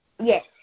Yes